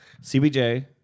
CBJ